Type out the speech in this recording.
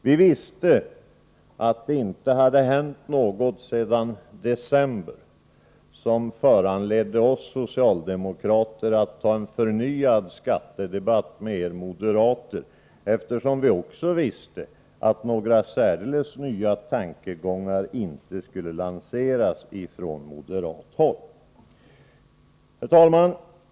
Vi visste att det inte hade hänt något sedan december som föranledde oss socialdemokrater att ta upp en förnyad skattedebatt med er moderater, eftersom vi också visste att några särdeles nya tankegångar inte skulle lanseras från moderat håll. Herr talman!